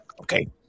Okay